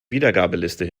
wiedergabeliste